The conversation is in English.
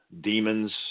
demons